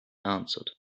answered